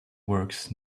works